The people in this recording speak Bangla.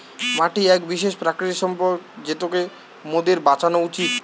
মাটি এক বিশেষ প্রাকৃতিক সম্পদ যেটোকে মোদের বাঁচানো উচিত